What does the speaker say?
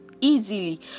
easily